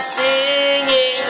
singing